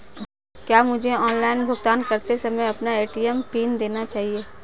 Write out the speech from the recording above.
क्या मुझे ऑनलाइन भुगतान करते समय अपना ए.टी.एम पिन देना चाहिए?